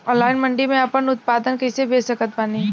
Online मंडी मे आपन उत्पादन कैसे बेच सकत बानी?